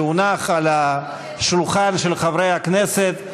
שהונח על השולחן של חברי הכנסת,